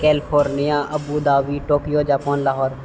California Abu Dhabi Tokyo Japan Lahore